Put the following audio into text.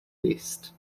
east